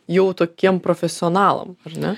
jau tokiem profesionalam ar ne